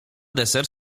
deser